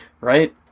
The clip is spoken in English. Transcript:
right